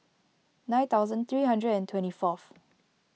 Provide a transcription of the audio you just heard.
nine thousand three hundred and twenty fourth